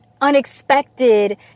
unexpected